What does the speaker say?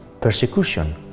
persecution